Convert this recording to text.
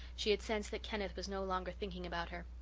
she had sensed that kenneth was no longer thinking about her.